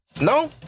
No